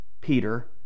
peter